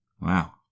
Wow